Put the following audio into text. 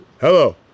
Hello